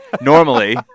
Normally